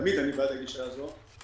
היחס לגופים שנתקלו בבעיה הזו,